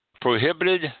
Prohibited